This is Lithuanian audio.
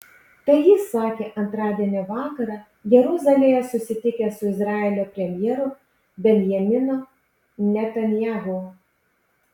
tai jis sakė antradienio vakarą jeruzalėje susitikęs su izraelio premjeru benjaminu netanyahu